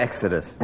Exodus